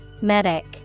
Medic